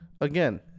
again